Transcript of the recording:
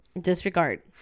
disregard